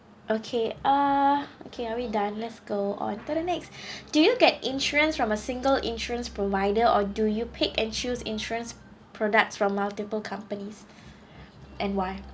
okay uh okay are we done let's go on to the next do you get insurance from a single insurance provider or do you pick and choose insurance products from multiple companies and why